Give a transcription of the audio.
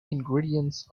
ingredients